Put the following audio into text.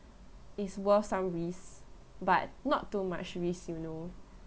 it's worth some risk but not too much risk you know